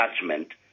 judgment